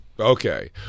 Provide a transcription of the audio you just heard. Okay